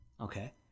Okay